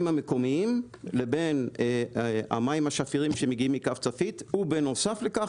המקומיים לבין המים השפירים שמגיעים מקו צפית ובנוסף לכך,